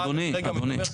אדוני, אדוני.